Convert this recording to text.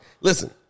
Listen